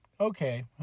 okay